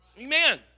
Amen